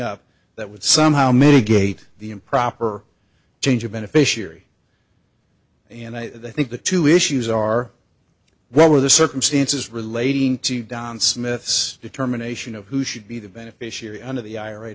up that would somehow mitigate the improper change of beneficiary and i think the two issues are what were the circumstances relating to don smith's determination of who should be the beneficiary under the i